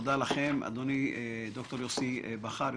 תודה לד"ר יוסי בכר,